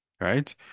Right